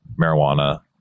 marijuana